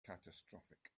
catastrophic